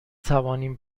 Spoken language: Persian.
توانیم